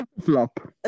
Flop